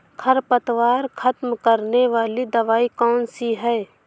खरपतवार खत्म करने वाली दवाई कौन सी है?